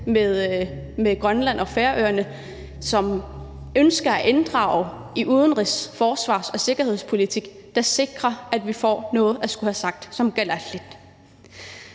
med Grønland og Færøerne, som ønsker at blive inddraget i udenrigs-, forsvars- og sikkerhedspolitik, der sikrer, at vi får noget at skulle have sagt. Kl. 16:43 En ting